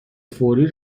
فوری